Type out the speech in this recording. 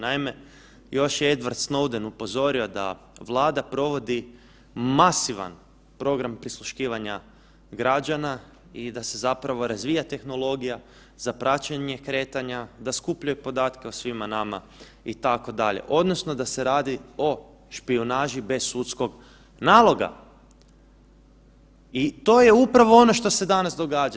Naime, još je Edward Snowden upozorio da Vlada provodi masivan program prisluškivanja građana i da se zapravo razvija tehnologija za praćenje kretanja, da skupljaju podatke o svima nama, itd., odnosno da se radi o špijunaži bez sudskog naloga i to je upravo ono što se danas događa.